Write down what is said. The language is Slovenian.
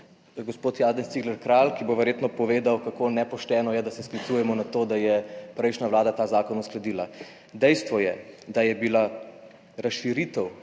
gospod Janez Cigler Kralj, ki bo verjetno povedal, kako nepošteno je, da se sklicujemo na to, da je prejšnja vlada ta zakon uskladila. Dejstvo je, da je bila razširitev